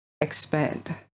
expand